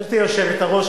גברתי היושבת-ראש,